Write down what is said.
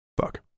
Fuck